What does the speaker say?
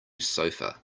sofa